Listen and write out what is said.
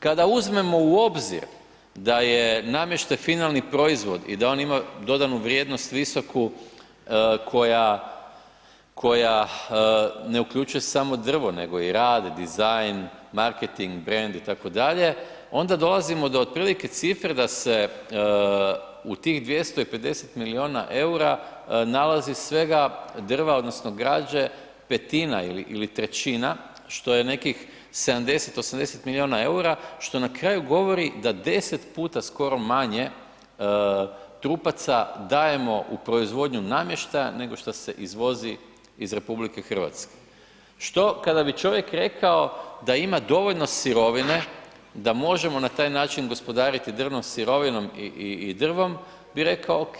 Kada uzmemo u obzir da je namještaj finalni proizvod i da on ima dodanu vrijednost visoku koja ne uključuje samo drvo nego i rad, dizajn, marketing, brand itd., onda dolazimo do otprilike cifre da se u tih 250 milijuna eura nalazi svega drva odnosno građe 1/5 ili 1/3 što je nekih 70, 80 milijuna eura, što na kraju govori da 10 puta skoro manje trupaca dajemo u proizvodnju namještaja nego šta se izvozi iz RH što kada bi čovjek rekao da ima dovoljno sirovine da možemo na taj način gospodariti drvnom sirovinom i drvom bi rekao ok